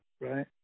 right